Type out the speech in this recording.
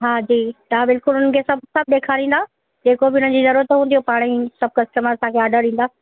हा जी तव्हां बिल्कुल हुननि खे सभु सभु ॾेखारींदा जेको बि उन्हनि जी जरूरत हुजे हू पाणई सभु कस्टमर्स तव्हांखे ऑडर ॾींदा